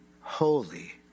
holy